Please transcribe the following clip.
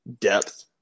depth